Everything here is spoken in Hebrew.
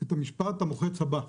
את המשפט המוחץ הבא: